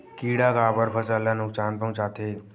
किड़ा काबर फसल ल नुकसान पहुचाथे?